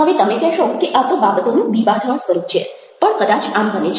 હવે તમે કહેશો કે આ તો બાબતોનું બીબાઢાળ સ્વરૂપ છે પણ કદાચ આમ બને છે